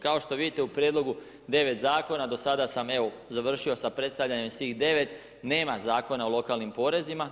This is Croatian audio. Kao što vidite, u Prijedlogu 9 zakona do sada sam evo, završio sa predstavljanjem svih 9, nema zakona o lokalnim porezima.